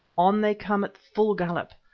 on they come at full gallop,